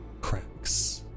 cracks